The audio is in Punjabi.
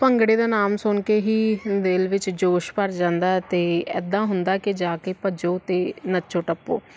ਭੰਗੜੇ ਦਾ ਨਾਮ ਸੁਣ ਕੇ ਹੀ ਦਿਲ ਵਿੱਚ ਜੋਸ਼ ਭਰ ਜਾਂਦਾ ਅਤੇ ਇੱਦਾਂ ਹੁੰਦਾ ਕਿ ਜਾ ਕੇ ਭੱਜੋ ਅਤੇ ਨੱਚੋ ਟੱਪੋ